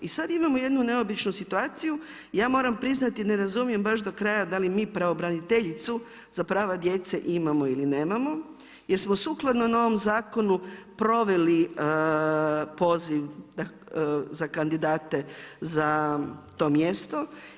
I sad imamo jednu neobičnu situaciju, ja moram priznati ne razumije baš do kraja da li mi pravobraniteljicu za prava djece imamo ili nemamo jer smo sukladno novom zakonu proveli poziv za kandidate za to mjesto.